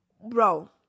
bro